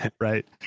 Right